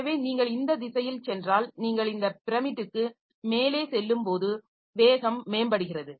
எனவே நீங்கள் இந்த திசையில் சென்றால் நீங்கள் இந்த பிரமிட்டுக்கு மேலே செல்லும்போது வேகம் மேம்படுகிறது